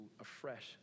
afresh